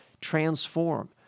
transform